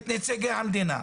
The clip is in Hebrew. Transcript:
את נציגי המדינה,